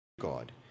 God